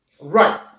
right